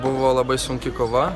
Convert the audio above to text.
buvo labai sunki kova